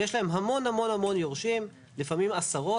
יש להם המון המון יורשים, לפעמים עשרות.